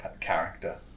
character